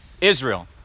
Israel